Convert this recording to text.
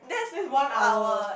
that's one hour